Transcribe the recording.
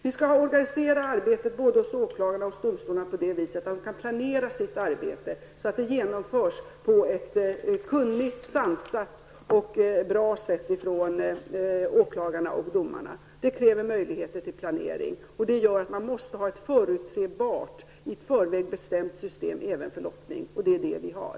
Vi skall organisera arbetet hos både åklagare och domstolar på det sättet att de kan planera sitt arbete så att det genomförs på ett kunnigt, sansat och bra sätt av åklagarna och domarna. Det kräver möjligheter till planering, och det gör att man måste ha ett förutsebart och i förväg bestämt system även för lottning, och det är det som vi har.